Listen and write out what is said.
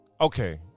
Okay